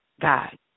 God